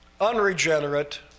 unregenerate